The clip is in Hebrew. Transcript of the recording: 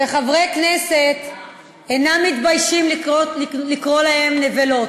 שחברי כנסת אינם מתביישים לקרוא להם "נבלות".